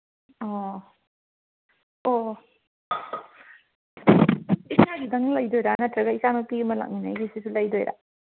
ꯑꯣ ꯑꯣ ꯏꯁꯥꯒꯤꯗꯪ ꯂꯩꯗꯣꯏꯔꯥ ꯅꯠꯇ꯭ꯔꯒ ꯏꯆꯥꯅꯨꯄꯤ ꯑꯃ ꯂꯥꯛꯃꯤꯟꯅꯩꯁꯤꯁꯨ ꯂꯩꯗꯣꯏꯔꯥ